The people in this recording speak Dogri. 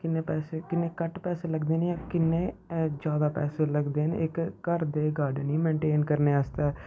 किन्ने पैसे किन्ने घट्ट पैसे लगदे न जां किन्ने ज्यादा पैसे लगदे न इक घर दे गार्डन गी मेनटेन करने आस्तै